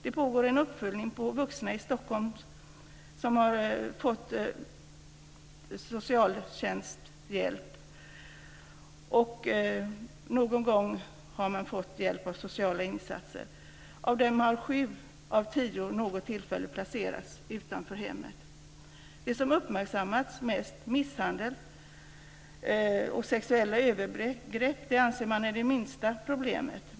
Det pågår en uppföljning på vuxna i Stockholm som någon gång som barn har fått hjälp av socialtjänsten med sociala insatser. Av dem har sju av tio vid något tillfälle placerats utanför hemmet. Det som uppmärksammas mest, misshandel och sexuella övergrepp, anser man är det minsta problemet.